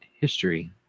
history